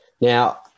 Now